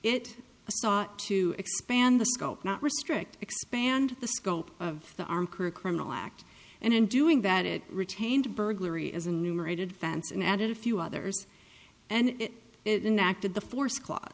sought to expand the scope not restrict expand the scope of the arm career criminal act and in doing that it retained burglary as a numerated fence and added a few others and then acted the force cla